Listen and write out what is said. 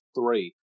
three